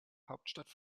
hauptstadt